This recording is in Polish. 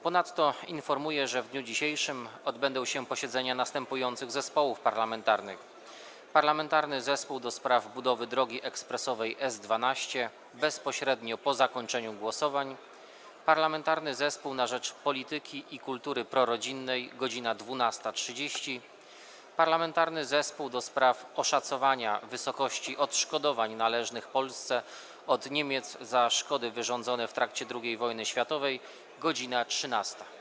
Ponadto informuję, że w dniu dzisiejszym odbędą się posiedzenia następujących zespołów parlamentarnych: - Parlamentarnego Zespołu ds. budowy drogi ekspresowej S-12 - bezpośrednio po zakończeniu głosowań, - Parlamentarnego Zespołu na rzecz Polityki i Kultury Prorodzinnej - godz. 12.30, - Parlamentarnego Zespołu ds. Oszacowania Wysokości Odszkodowań Należnych Polsce od Niemiec za Szkody Wyrządzone w trakcie II Wojny Światowej - godz. 13.